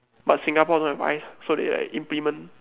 but Singapore don't have ice so they like implement